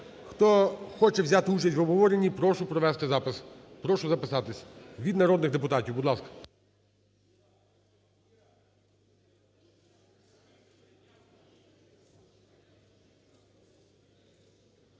Хто хоче взяти участь в обговорені, прошу провести запис. Прошу записатись від народних депутатів, будь ласка.